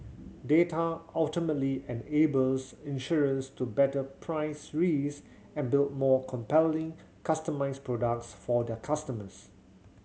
data ultimately enables insurers to better price risk and build more compelling customised products for their customers